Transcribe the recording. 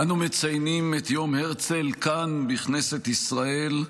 אנו מציינים את יום הרצל כאן, בכנסת ישראל,